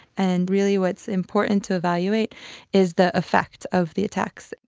and really what's important to evaluate is the effect of the attacks.